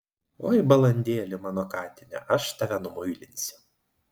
oi balandėli mano katine aš tave numuilinsiu